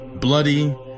bloody